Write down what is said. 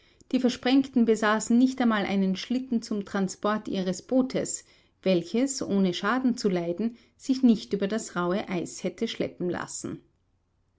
die versprengten besaßen nicht einmal einen schlitten zum transport ihres bootes welches ohne schaden zu leiden sich nicht über das rauhe eis hätte schleppen lassen